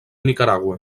nicaragua